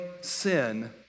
sin